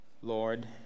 Lord